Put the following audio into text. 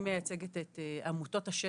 אני מייצגת את עמותות השטח,